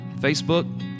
Facebook